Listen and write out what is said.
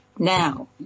Now